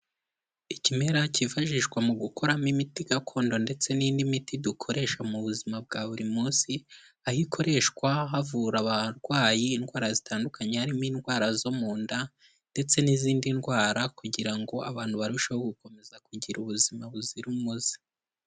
Ikimera kifashishwa mu gukoramo imiti gakondo ndetse n'indi miti dukoresha mu buzima bwa buri munsi aho ikoreshwa havura abarwayi, indwara zitandukanye harimo indwara zo mu nda ndetse n'izindi ndwara kugira ngo abantu barusheho gukomeza kugira ubuzima buzira umuze.